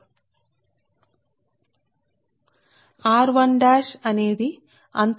సరే కాబట్టి log 0